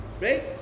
Right